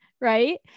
Right